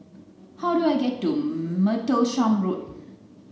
how do I get to Martlesham Road